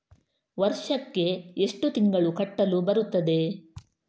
ವರ್ಷಕ್ಕೆ ಎಷ್ಟು ತಿಂಗಳು ಕಟ್ಟಲು ಬರುತ್ತದೆ?